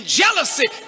jealousy